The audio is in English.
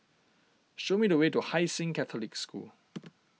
show me the way to Hai Sing Catholic School